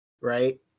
right